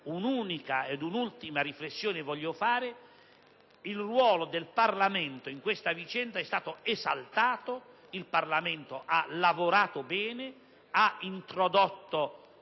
Vorrei fare un'ultima riflessione. Il ruolo del Parlamento in questa vicenda è stato esaltato. Il Parlamento ha lavorato bene: ha introdotto